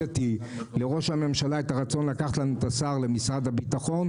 שטרפדתי לראש הממשלה את הרצון לקחת לנו את השר למשרד הביטחון.